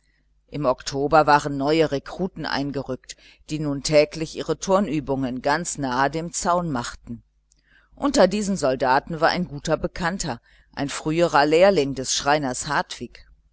im oktober waren neue rekruten eingerückt die nun täglich ihre turnübungen ganz nahe dem zaune machten unter diesen soldaten war ein guter bekannter ein früherer lehrling des schreiners hartwig